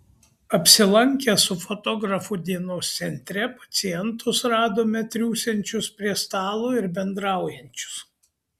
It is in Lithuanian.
apsilankę su fotografu dienos centre pacientus radome triūsiančius prie stalo ir bendraujančius